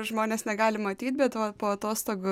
žmonės negali matyt be va po atostogų